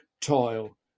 toil